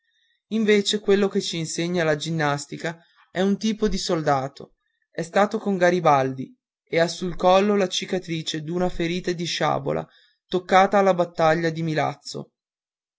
invece quello che c'insegna la ginnastica è un tipo di soldato è stato con garibaldi e ha sul collo la cicatrice d'una ferita di sciabola toccata alla battaglia di milazzo